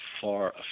far